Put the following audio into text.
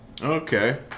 Okay